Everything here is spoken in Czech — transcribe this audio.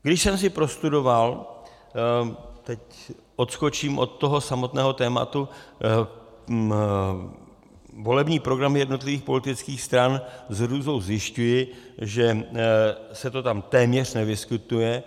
Když jsem si prostudoval teď odskočím od toho samotného tématu volební program jednotlivých politických stran, s hrůzou zjišťuji, že se to tam téměř nevyskytuje.